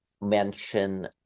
mention